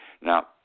Now